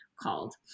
called